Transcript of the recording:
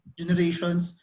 generations